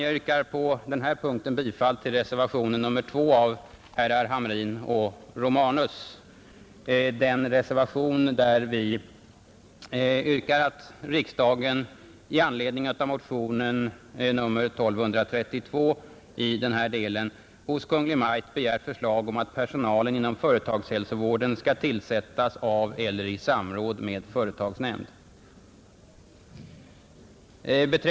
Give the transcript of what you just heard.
Jag yrkar på denna punkt bifall till reservationen 2 av herrar Hamrin och Romanus, i vilken det yrkas att riksdagen i anledning av motionen 1232 i motsvarande del hos Kungl. Maj:t begär förslag om att personalen inom företagshälsovården skall tillsättas av eller i samråd med företagsnämnden.